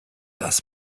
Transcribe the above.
das